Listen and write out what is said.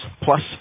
plus